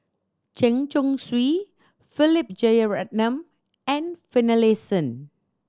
Chen Chong Swee Philip Jeyaretnam and Finlayson